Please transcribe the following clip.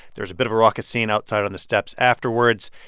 there was a bit of a raucous scene outside on the steps afterwards.